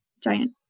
giant